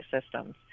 systems